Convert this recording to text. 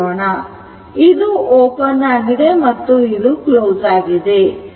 ಇದು ಓಪನ್ ಆಗಿದೆ ಮತ್ತು ಇದು ಕ್ಲೋಸ್ಆಗಿದೆ